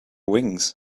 wings